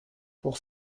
pour